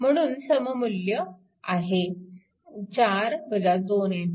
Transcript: म्हणून सममुल्य आहे 4 2 A